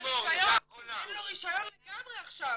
אין לו רישיון לגמרי עכשיו.